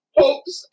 hopes